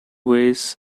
ways